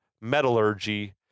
metallurgy